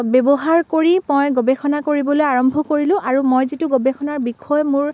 ব্যৱহাৰ কৰি মই গৱেষণা কৰিবলৈ আৰম্ভ কৰিলোঁ আৰু মই যিটো গৱেষণাৰ বিষয় মোৰ